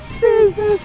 business